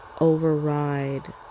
override